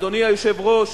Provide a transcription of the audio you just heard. אדוני היושב-ראש,